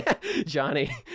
Johnny